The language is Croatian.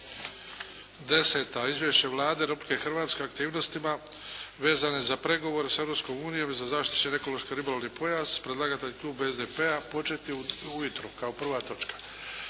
10. Izvješće Vlade Republike Hrvatske o aktivnostima vezane za pregovore s Europskom unijom i zaštićeni ekološki-ribolovni pojas, predlagatelja kluba SDP-a početi ujutro kao prva točka.